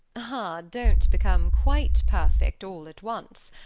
ah! don't become quite perfect all at once.